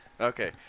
Okay